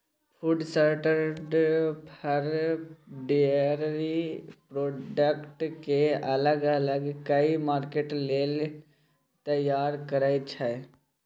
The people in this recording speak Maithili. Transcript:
फुड शार्टर फर, डेयरी प्रोडक्ट केँ अलग अलग कए मार्केट लेल तैयार करय छै